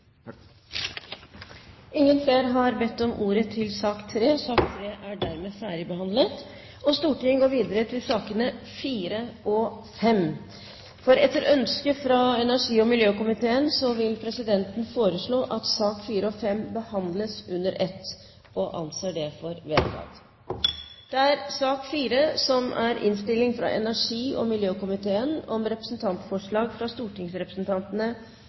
Ingen flere har bedt om ordet til sak nr. 3. Etter ønske fra energi- og miljøkomiteen vil presidenten foreslå at sakene nr. 4 og 5 behandles under ett. – Det anses vedtatt. Etter ønske fra energi- og miljøkomiteen vil presidenten foreslå at